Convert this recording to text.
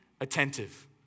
attentive